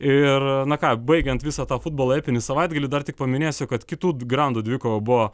ir na ką baigiant visą tą futbolo epinį savaitgalį dar tik paminėsiu kad kitų grandų dvikova buvo